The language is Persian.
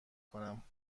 کنم